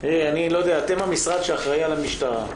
אתם המשרד שאחראים על המשטרה.